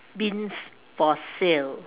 bins for sale